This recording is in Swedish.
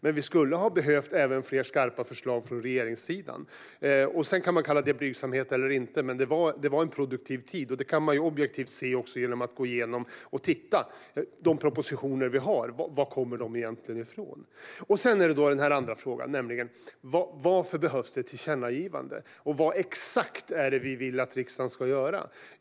Men vi skulle ha behövt fler skarpa förslag från regeringssidan. Man kan kalla det blygsamhet eller inte, men det var en produktiv tid. Det kan man objektivt se genom att titta på de propositioner vi har. Var kommer de egentligen ifrån? Den andra frågeställningen är varför det behövs ett tillkännagivande och vad exakt vi vill att riksdagen ska göra.